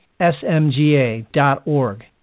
smga.org